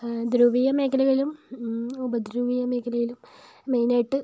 ധ്രുവീയ മേഖലയിലും ഉപ ധ്രുവീയ മേഖലയിലും മെയിൻ ആയിട്ട്